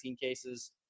cases